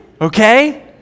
okay